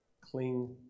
cling